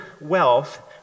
wealth